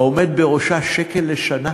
העומד בראשה עולה שקל לשנה,